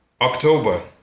October